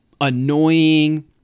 annoying